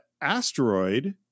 asteroid